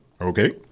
Okay